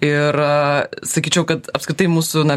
ir sakyčiau kad apskritai mūsų na